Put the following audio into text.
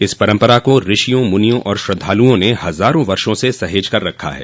इस परम्परा को ऋषियों मुनियों और श्रद्धालुओं ने हजारों वर्षो से सहज कर रखा है